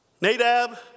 Nadab